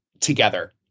together